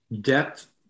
depth